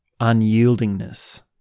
unyieldingness